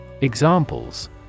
Examples